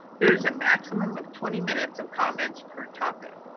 there is a maximum of twenty minutes of comments per topic.